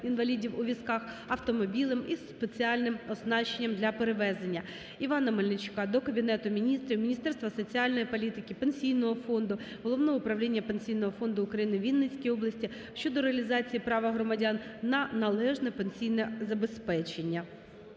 (інвалідів у візках) автомобілем із спеціальним оснащенням для перевезення. Івана Мельничука до Кабінету Міністрів, Міністерства соціальної політики, Пенсійного фонду, Головного управління Пенсійного фонду України у Вінницькій області щодо реалізації права громадян на належне пенсійне забезпечення.